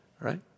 right